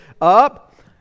up